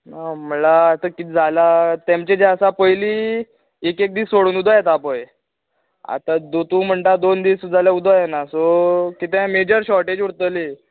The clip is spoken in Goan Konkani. आं म्हळ्यार आत कितें जालां तें कितें आसा पयलीं एक एक दीस सोडून उदक येता पय आतां जो तूं म्हणटा दोन दीस जालें उदक येना सो कितेंय मेजर शाॅर्टेज उरतली